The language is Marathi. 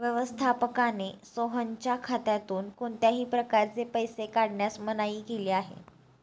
व्यवस्थापकाने सोहनच्या खात्यातून कोणत्याही प्रकारे पैसे काढण्यास मनाई केली आहे